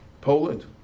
Poland